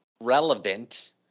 relevant